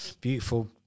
beautiful